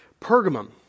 Pergamum